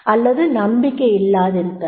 அல்லது நம்பிக்கை இல்லாதிருக்கலாம்